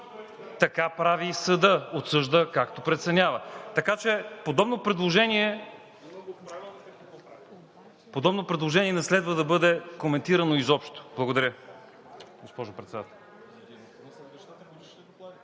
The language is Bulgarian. Така прави съдът – отсъжда, както преценява. Така че подобно предложение не следва да бъде коментирано изобщо. Благодаря, госпожо Председател.